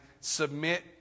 submit